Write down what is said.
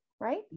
right